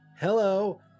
hello